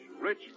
rich